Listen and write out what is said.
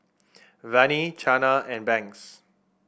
Vannie Chana and Banks